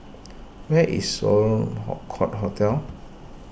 where is Sloane Court Hotel